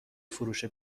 فروش